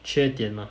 缺点 mah